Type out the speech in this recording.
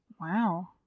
Wow